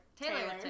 Taylor